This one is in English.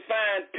find